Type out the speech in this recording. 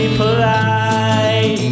polite